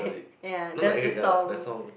ya that's the song